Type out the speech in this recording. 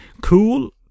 Cool